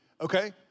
Okay